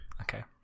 Okay